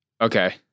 okay